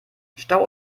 stau